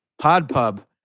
PodPub